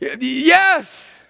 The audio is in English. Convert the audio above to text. Yes